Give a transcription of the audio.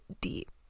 deep